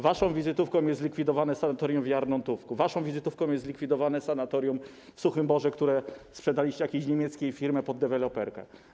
Waszą wizytówką jest zlikwidowane sanatorium w Jarnołtówku, waszą wizytówką jest zlikwidowane sanatorium w Suchym Borze, które sprzedaliście jakiejś niemieckiej firmie pod deweloperkę.